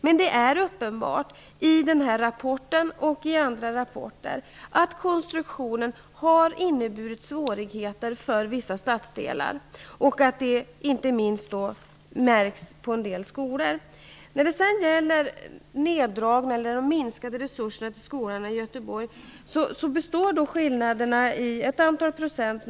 När det gäller den här rapporten, liksom andra rapporter, är det uppenbart att konstruktionen har inneburit svårigheter för vissa stadsdelar och att det inte minst märks på en del skolor. Göteborg under de senaste åren skiljer det ett antal procent.